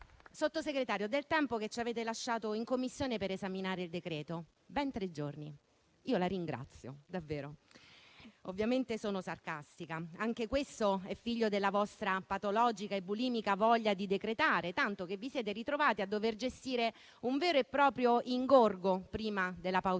Sottosegretario, del tempo che ci avete lasciato in Commissione per esaminare il decreto-legge: ben tre giorni. Io la ringrazio, davvero. Ovviamente sono sarcastica. Anche questo aspetto è figlio della vostra patologica e bulimica voglia di decretare, tanto che vi siete ritrovati a dover gestire un vero e proprio ingorgo prima della pausa